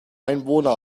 einwohner